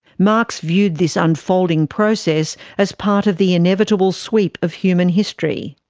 marx viewed this unfolding process as part of the inevitable sweep of human history.